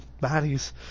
bodies